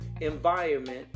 environment